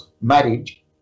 marriage